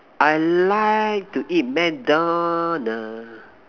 I like to eat MacDonald